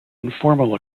informal